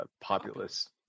populace